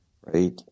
right